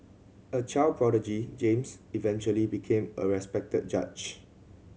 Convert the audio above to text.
a child prodigy James eventually became a respected judge